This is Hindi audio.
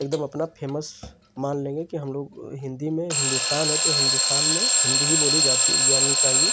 एकदम अपना फ़ेमस मान लेंगे कि हमलोग हिन्दी में हिन्दुस्तान है तो हिन्दुस्तान में हिन्दी ही बोली जाती जानी चाहिए